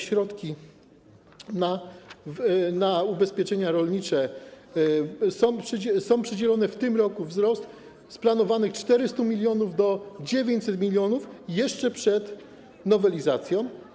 Środki na ubezpieczenia rolnicze są przydzielone, w tym roku wzrost z planowanych 400 mln do 900 mln, jeszcze przed nowelizacją.